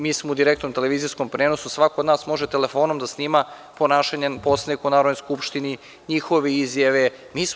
Mi smo u direktnom televizijskom prenosu, svako od nas može telefonom da snima ponašanje poslanika u Narodnoj skupštini, njihove izjave, itd.